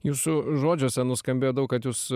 jūsų žodžiuose nuskambėjo daug kad jūs